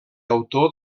autor